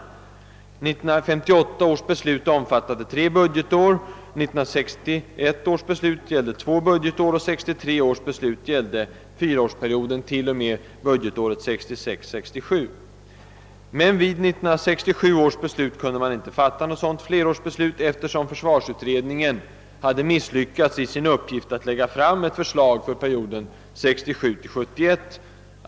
1958 års beslut omfattade tre budgetår, 1961 års beslut gällde två budgetår och 1963 års beslut Men vid 1967 års riksdag kunde man inte fatta något flerårsbeslut, eftersom försvarsutredningen hade misslyckats i sin uppgift att lägga fram ett förslag för perioden 1967—1971.